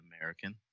American